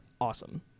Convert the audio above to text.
awesome